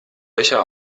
löcher